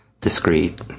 discrete